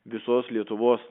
visos lietuvos